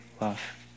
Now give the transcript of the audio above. love